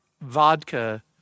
vodka